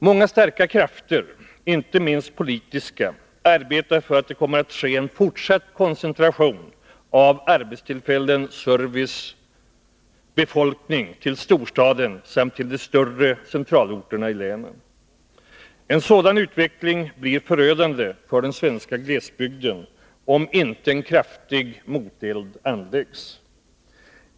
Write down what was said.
Många starka krafter — inte minst politiska — arbetar för att det skall komma att ske en fortsatt koncentration av arbetstillfällen, service och befolkning till storstaden samt till de större centralorterna i länen. En sådan utveckling blir förödande för den svenska glesbygden, om inte en kraftig moteld anläggs.